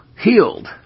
healed